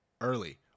early